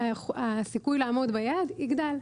הסיכוי לעמוד ביעד יגדל.